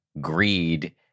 greed